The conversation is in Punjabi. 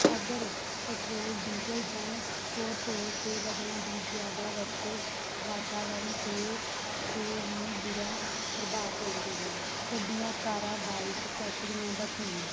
ਅਗਰ ਪੈਟਰੋਲ ਡੀਜਲ ਜਾਂ ਹੋਰ ਤੌਰ 'ਤੇ ਬਦਲਣ ਦੀ ਜ਼ਿਆਦਾ ਵਰਤੋਂ ਵਾਤਾਵਰਣ 'ਤੇ 'ਤੇ ਵੀ ਬੁਰਾ ਪ੍ਰਭਾਵ ਪਾਉਂਦੀ ਹੈ ਗੱਡੀਆਂ ਕਾਰਾਂ ਬਾਇਕ ਫੈਕਟਰੀਆਂ ਦਾ ਧੂੰਆਂ